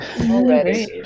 Already